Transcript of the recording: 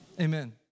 Amen